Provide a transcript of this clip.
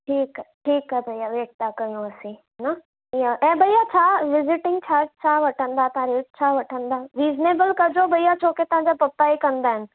ठीकु आहे ठीकु आहे भैया वेट था कयूं असीं न हींअर ऐं भैया छा विजिटिंग छा छा वठंदा तव्हां रेट छा वठंदा रीजनेबल कजो भैया छोकी तव्हांजा पप्पा ई कंदा आहिनि